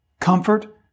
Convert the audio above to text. Comfort